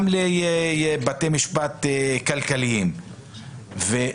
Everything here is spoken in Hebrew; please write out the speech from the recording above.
גם לבתי משפט כלכליים בגלל צוק העיתים,